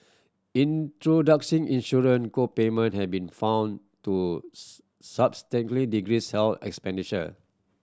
introducing insurance co payment have been found to substantially decrease health expenditure